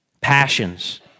passions